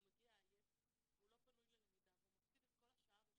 הוא מגיע עייף והוא לא פנוי ללמידה והוא מפסיד את כל השעה הראשונה,